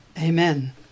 Amen